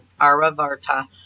Aravarta